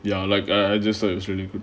ya like I just thought it was really good